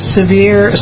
severe